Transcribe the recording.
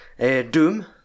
Doom